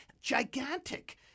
gigantic